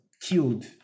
killed